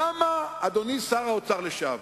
למה, אדוני שר האוצר לשעבר,